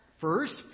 first